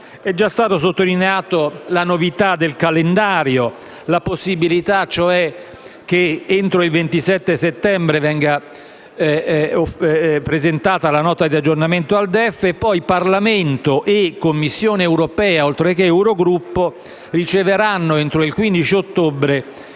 È già stata sottolineata la novità del calendario, ovvero la possibilità che entro il 27 settembre venga presentata la nota di aggiornamento al DEF e poi il Parlamento e la Commissione europea, oltre che l'Eurogruppo, riceveranno entro il 15 ottobre